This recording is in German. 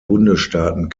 bundesstaaten